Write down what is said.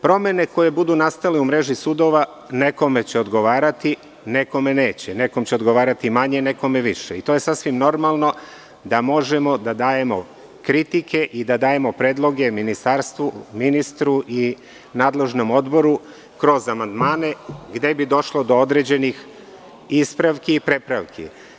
Promene koje budu nastale u mreži sudova će nekome odgovarati, nekome neće, nekom će odgovarati manje, nekome više, i to je sasvim normalno, da možemo da dajemo kritike i da dajemo predloge Ministarstvu, ministru i nadležnom odboru kroz amandmane, gde bi došlo do određenih ispravki i prepravki.